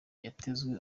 yatezwe